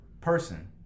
person